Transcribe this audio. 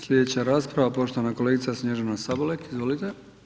Slijedeća rasprava poštovana kolegica Snježana Sabolek, izvolite.